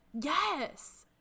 Yes